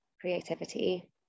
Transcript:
creativity